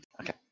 Okay